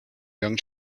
young